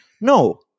No